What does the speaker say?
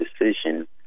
decision